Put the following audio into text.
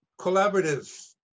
collaborative